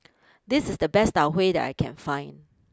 this is the best Tau Huay that I can find